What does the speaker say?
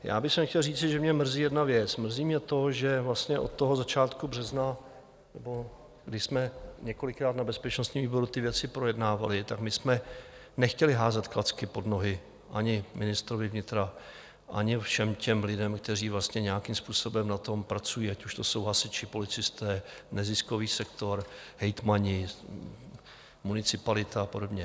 Já bych chtěl říci, že mě mrzí jedna věc: mrzí mě to, že vlastně od začátku března, nebo kdy jsme několikrát na bezpečnostním výboru ty věci projednávali, jsme nechtěli házet klacky pod nohy ani ministrovi vnitra, ani všem těm lidem, kteří nějakým způsobem na tom pracují, ať už to jsou hasiči, policisté, neziskový sektor, hejtmani, municipalita a podobně.